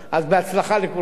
אז בהצלחה לכולכם.